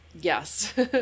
yes